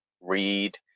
read